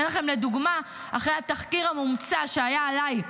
אתן לכם דוגמה: אחרי התחקיר המומצא שהיה עליי,